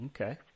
Okay